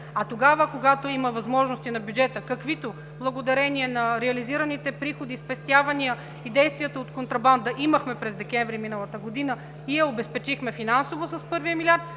а тогава, когато има възможности на бюджета, каквито благодарение на реализираните приходи, спестявания и действията от контрабанда имахме през декември миналата година и я обезпечихме финансово с първия милиард,